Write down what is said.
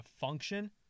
function